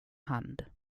hand